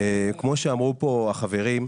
כמו שאמרו כאן החברים,